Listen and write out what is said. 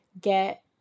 get